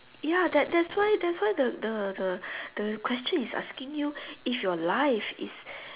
ya that's that's why that's why the the the the question is asking you if your life is